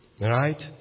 Right